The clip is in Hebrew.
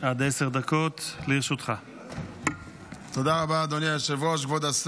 הראשונה ותחזור לדיון בוועדת העבודה והרווחה